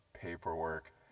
paperwork